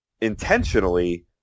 intentionally